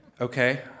okay